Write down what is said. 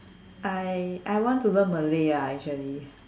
I I want to learn Malay ah actually